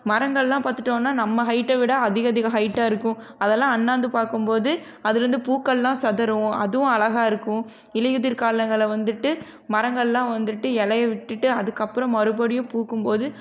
மரங்கள்லாம் பார்த்துட்டோன்னா நம்ம ஹைட்டை விட அதிக அதிக ஹைட்டாருக்கும் அதலாம் அண்ணாந்து பார்க்கும் போது அதுலருந்து பூக்கள்லாம் செதறும் அதுவும் அழகாயிருக்கும் இலையுதிர் காலங்கள்ல வந்துட்டு மரங்கள்லாம் வந்துட்டு இலைய விட்டுட்டு அதுக்கப்புறம் மறுபடியும் பூக்கும் போது